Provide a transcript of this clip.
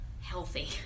healthy